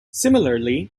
similarly